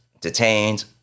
detained